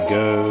go